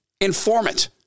informant